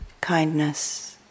kindness